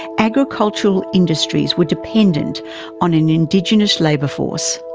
agricultural industries were dependent on an indigenous labour force.